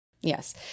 Yes